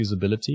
usability